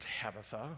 Tabitha